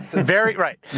very, right.